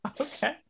Okay